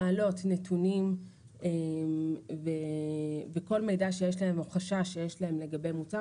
מעלות נתונים וכל מידע שיש להן או חשש שיש להן לגבי מוצר